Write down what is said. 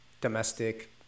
domestic